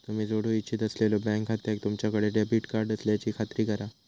तुम्ही जोडू इच्छित असलेल्यो बँक खात्याक तुमच्याकडे डेबिट कार्ड असल्याची खात्री करा